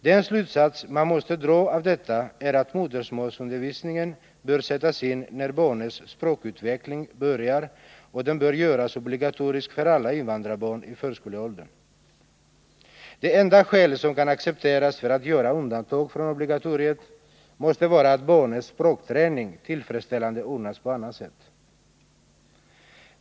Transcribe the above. Den slutsats man måste dra av detta är att modersmålsundervisningen bör sättas in när barnets språkutveckling börjar, och den bör göras obligatorisk för alla invandrarbarn i förskoleåldern. Det enda skäl som kan accepteras för att göra undantag från obligatoriet måste vara att barnets språkträning tillfredsställande ordnas på annat sätt.